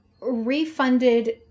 Refunded